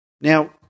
Now